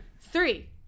three